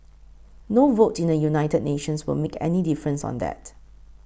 no vote in the United Nations will make any difference on that